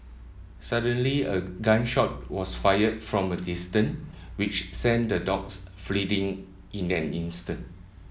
suddenly a gun shot was fired from a distance which sent the dogs fleeing in an instant